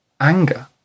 anger